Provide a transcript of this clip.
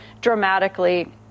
dramatically